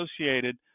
associated